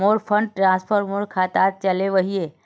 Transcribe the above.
मोर fund transfer मोर खातात चले वहिये